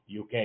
UK